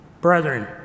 Brethren